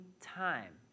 time